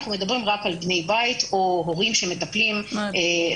אנחנו מדברים רק על בני בית או הורים שמטפלים בילדים.